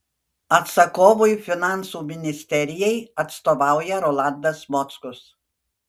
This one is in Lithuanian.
atsakovui finansų ministerijai atstovauja rolandas mockus